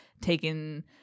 taken